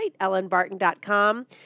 ellenbarton.com